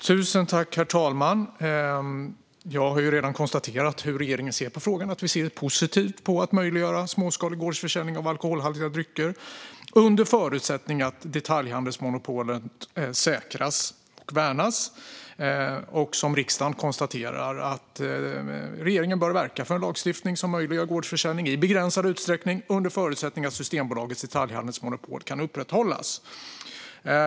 Herr talman! Jag har redan konstaterat hur regeringen ser på frågan. Vi ser positivt på att möjliggöra småskalig gårdsförsäljning av alkoholhaltiga drycker under förutsättning att Systembolagets detaljhandelsmonopol säkras och värnas. Och riksdagen konstaterar att regeringen bör verka för en lagstiftning som möjliggör gårdsförsäljning i begränsad utsträckning, under förutsättning att Systembolagets detaljhandelsmonopol kan upprätthållas.